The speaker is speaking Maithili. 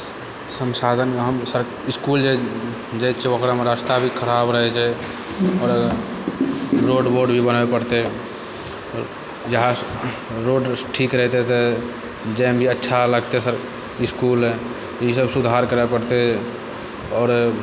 संसाधनमे हम इसकुल जाइ छियै ओकरामे रास्ता भी खराब रहै छै आओर अगर रोड वोड भी बनाबै पड़तै रोड ठीक रहितै तऽ जाइमे भी अच्छा लगितै इसकुल ई सब सुधार करै पड़तै आओर